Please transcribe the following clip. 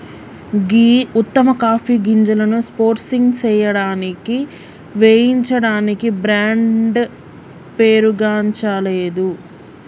గీ ఉత్తమ కాఫీ గింజలను సోర్సింగ్ సేయడానికి వేయించడానికి బ్రాండ్ పేరుగాంచలేదు